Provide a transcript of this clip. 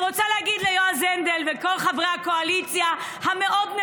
אז אני רוצה להגיד ליועז הנדל ולכל חברי הקואליציה המאוד-נאורים: